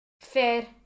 Fair